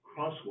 crosswalk